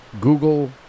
google